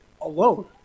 alone